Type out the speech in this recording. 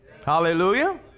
Hallelujah